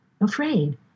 afraid